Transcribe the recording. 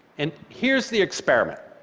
and here's the experiment.